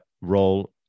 role